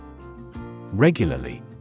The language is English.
Regularly